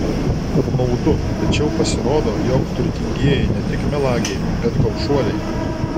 apmaudu tačiau pasirodo jog turtingieji ne tik melagiai bet gobšuoliai